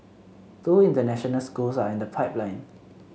two international schools are in the pipeline